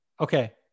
okay